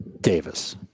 Davis